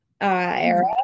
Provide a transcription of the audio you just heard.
era